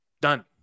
Done